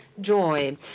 joy